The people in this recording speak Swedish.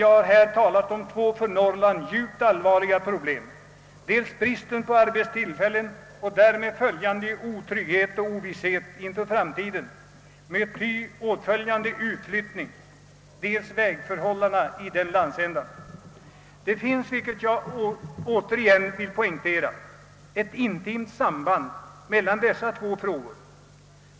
Jag har här talat om två för Norrland djupt allvarliga problem, dels bristen på arbetstillfällen och därmed följande otrygghet och ovisshet inför framtiden med ty åtföljande utflyttning, dels vägförhållandena i den landsändan. Det finns, vilket jag återigen vill poängtera, ett intimt samband mellan dessa två frågor.